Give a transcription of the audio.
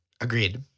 Agreed